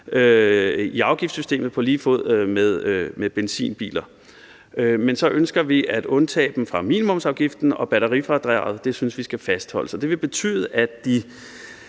i afgiftssystemet på lige fod med benzinbiler, men vi ønsker at undtage dem fra minimumsafgiften, og batterifradraget synes vi skal fastholdes. Det vil betyde, at der